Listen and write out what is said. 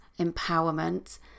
empowerment